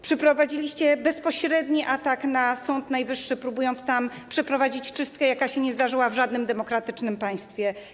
Przeprowadziliście bezpośredni atak na Sąd Najwyższy, próbując tam przeprowadzić czystkę, jaka nigdy się nie zdarzyła w żadnym demokratycznym państwie.